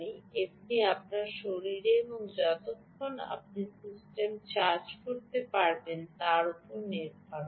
এটি আপনার শরীরে এবং যতক্ষণ আপনি সিস্টেমটি চার্জ করতে পারবেন তার উপরে থাকতে পারে